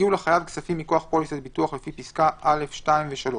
הגיעו לחייב כספים מכוח פוליסת ביטוח לפי פסקה (א)(2) ו-(3),